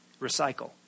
recycle